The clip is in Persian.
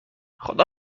خدا